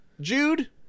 Jude